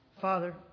Father